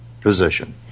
position